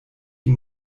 die